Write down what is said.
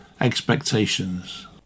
expectations